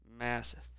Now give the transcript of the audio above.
Massive